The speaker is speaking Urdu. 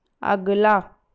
اگلا